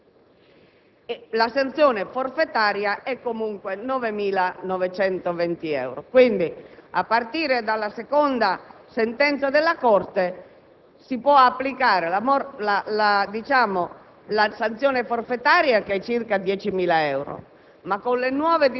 al giorno, per ogni giorno di ritardo a partire dalla seconda sentenza della Corte. La sanzione forfetaria è di 9.920 euro; quindi, a partire dalla seconda sentenza della Corte